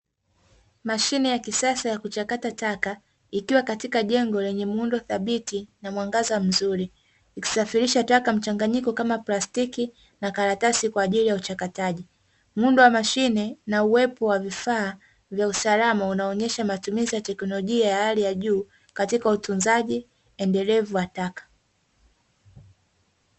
Mashine ya kisasa ya kuchakata taka ikiwa katika jengo lenye muundo thabiti na muangaza mzuri ikisafirisha taka mchanganiko kama plastiki na karatasi kwa ajili ya uchakataji, muundo wa mashine na uwepo wa vifaa vya usalama unaonyesha matumizi ya teknolojia ya hali ya juu katika utunzaji endelevu wa taka.